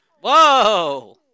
Whoa